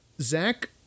Zach